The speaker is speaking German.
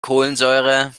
kohlensäure